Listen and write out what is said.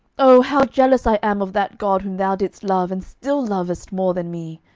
ah, how jealous i am of that god whom thou didst love and still lovest more than me!